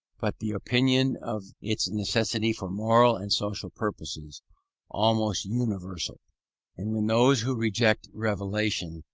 but the opinion of its necessity for moral and social purposes almost universal and when those who reject revelation,